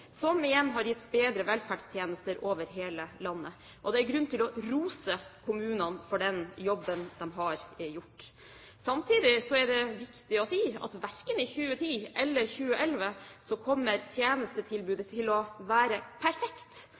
har gitt bedre velferdstjenester over hele landet. Det er grunn til å rose kommunene for den jobben de har gjort. Samtidig er det viktig å si at verken i 2010 eller i 2011 kommer tjenestetilbudet til å være perfekt